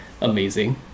amazing